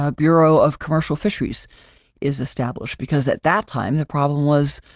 ah bureau of commercial fisheries is established because at that time, the problem was,